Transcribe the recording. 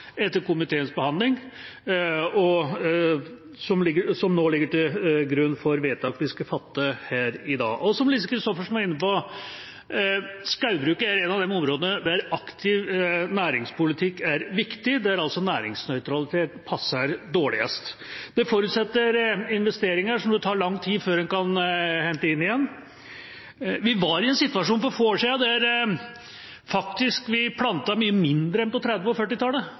etter komiteens behandling, som nå ligger til grunn for vedtakene vi skal fatte her i dag. Som Lise Christoffersen var inne på, er skogbruk et av de områdene der aktiv næringspolitikk er viktig, og der næringsnøytralitet passer dårligst. Det forutsetter investeringer som det tar lang tid før en kan hente inn igjen. Vi var i en situasjon for få år siden der vi faktisk plantet mye mindre enn på